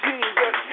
Jesus